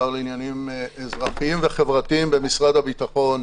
השר לעניינים אזרחיים וחברתיים במשרד הביטחון,